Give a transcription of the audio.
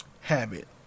habit